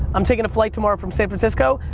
i'm takin' a flight tomorrow from san francisco,